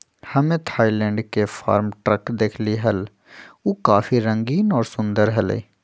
हम्मे थायलैंड के farm truck देखली हल, ऊ काफी रंगीन और सुंदर हलय